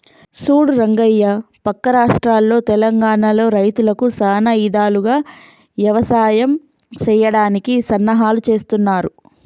సూడు రంగయ్య పక్క రాష్ట్రంలో తెలంగానలో రైతులకు సానా ఇధాలుగా యవసాయం సెయ్యడానికి సన్నాహాలు సేస్తున్నారు